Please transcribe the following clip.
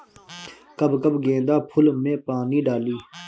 कब कब गेंदा फुल में पानी डाली?